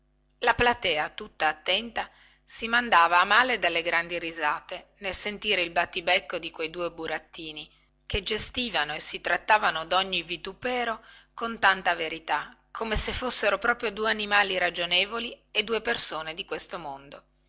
la platea tutta attenta si mandava a male dalle grandi risate nel sentire il battibecco di quei due burattini che gestivano e si trattavano dogni vitupero con tanta verità come se fossero proprio due animali ragionevoli e due persone di questo mondo